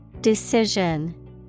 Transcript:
Decision